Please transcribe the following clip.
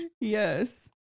Yes